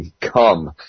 come